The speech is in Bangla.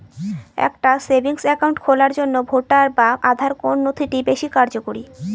একটা সেভিংস অ্যাকাউন্ট খোলার জন্য ভোটার বা আধার কোন নথিটি বেশী কার্যকরী?